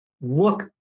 Look